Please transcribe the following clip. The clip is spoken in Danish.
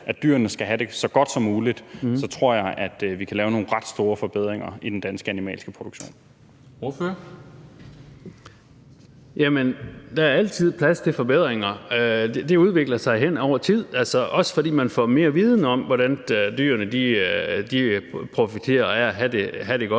at dyrene skal have det så godt som muligt, så tror jeg, at vi kan lave nogle ret store forbedringer i den danske animalske produktion. Kl. 13:30 Formanden (Henrik Dam Kristensen): Ordføreren. Kl. 13:30 Per Larsen (KF): Der er altid plads til forbedringer. Det udvikler sig hen over tid, også fordi man får mere viden om, hvordan dyrene profiterer af at have det godt,